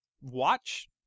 watch